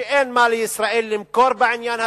שאין לישראל מה למכור בעניין הזה.